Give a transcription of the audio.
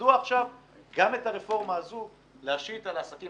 מדוע עכשיו גם את הרפורמה הזו להשית על העסקים